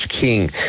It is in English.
King